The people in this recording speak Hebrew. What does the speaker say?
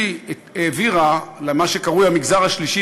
היא העבירה למה שקרוי המגזר השלישי